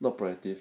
not proactive